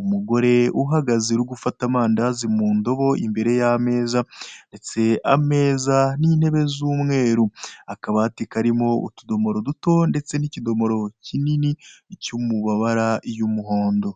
Umugore uri gufata amandazi mundobo imbere y'ameza , ndetse ameza n'intebe z'umweru, akabati karimo utudomoro duto ndetse ni kidomoro kinini kiri mu mabara y'umuhondo.